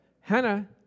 Hannah